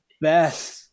best